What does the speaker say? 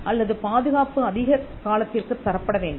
அல்லது பாதுகாப்பு அதிக காலத்திற்குத் தரப்பட வேண்டுமா